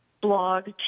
Blog